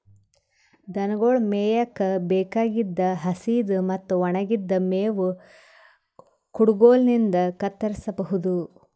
ದನಗೊಳ್ ಮೇಯಕ್ಕ್ ಬೇಕಾಗಿದ್ದ್ ಹಸಿದ್ ಮತ್ತ್ ಒಣಗಿದ್ದ್ ಮೇವ್ ಕುಡಗೊಲಿನ್ಡ್ ಕತ್ತರಸಬಹುದು